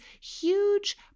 huge